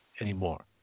anymore